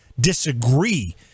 disagree